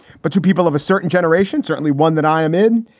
but two people of a certain generation, certainly one that i am in.